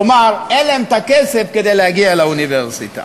כלומר, אין להם הכסף כדי להגיע לאוניברסיטה.